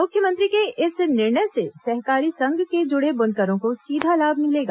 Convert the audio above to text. मुख्यमंत्री के इस निर्णय से सहकारी संघ के जुड़े बुनकरों को सीधा लाभ मिलेगा